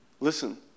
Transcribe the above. Listen